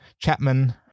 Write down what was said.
Chapman